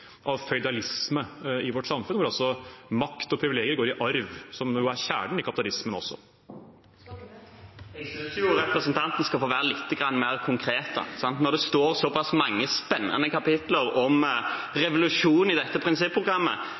av føydalisme i vårt samfunn, hvor makt og privilegier går i arv, som jo er kjernen i kapitalismen også. Jeg synes representanten skal få være litt mer konkret. Når det står såpass mange spennende kapitler om revolusjon i dette prinsipprogrammet,